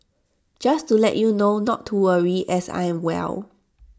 just to let you know not to worry as I'm well